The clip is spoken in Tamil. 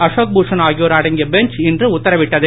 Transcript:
அசோக் பூஷன் ஆகியோர் அடங்கிய பெஞ்ச் இன்று உத்தரவிட்டது